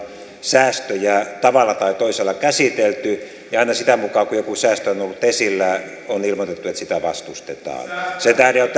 säästöjä tavalla tai toisella käsitelty ja aina sitä mukaa kuin joku säästö on ollut esillä ilmoittanut että niitä vastustetaan sen tähden